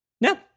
No